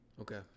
Okay